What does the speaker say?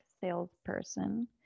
salesperson